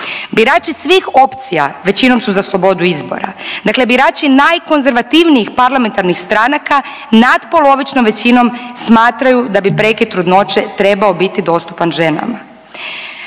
Birači svih opcija većinom su za slobodu izbora, dakle birači najkonzervativnijih parlamentarnih stranaka natpolovičnom većinom smatraju da bi prekid trudnoće treba biti dostupan ženama.